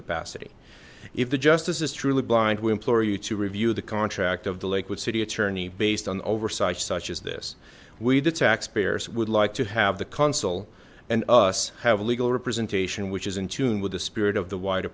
capacity if the justice is truly blind we implore you to review the contract of the lakewood city attorney based on oversight such as this we the taxpayers would like to have the console and us have legal representation which is in tune with the spirit of the wider